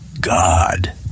god